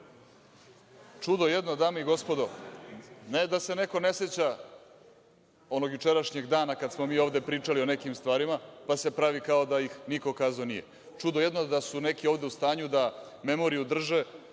jedno dame i gospodo ne da se neko ne seća onog jučerašnjeg dana kadasmo mi ovde pričali o nekim stvarima pa se pravi kao da ih niko kazao nije. Čudo jedno da su neki ovde u stanju da memoriju drže